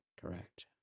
Correct